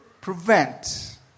prevent